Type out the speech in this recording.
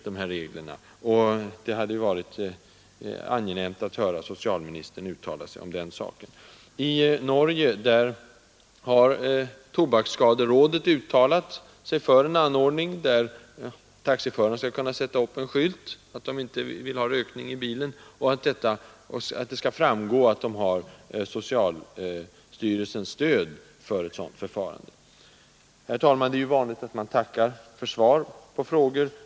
Det hade varit intressant att höra socialministern uttala sig om den saken. I Norge har tobaksskaderådet uttalat sig för att taxiförarna skall kunna sätta upp en skylt om de inte vill ha rökning i bilen; det skall framgå att de har socialstyrelsens stöd för ett sådant förfarande. Herr talman! Det är vanligt att man tackar för svar på frågor.